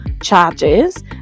charges